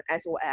SOS